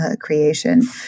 creation